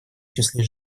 числе